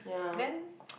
then